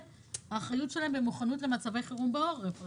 האחריות שלהם והמוכנות למצבי חירום בעורף.